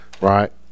right